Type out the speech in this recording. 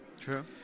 True